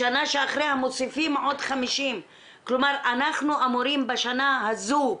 בשנה אחריה מוסיפים עוד 50, כלומר בשנה הזו,